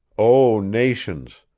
o nations!